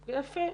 יפה.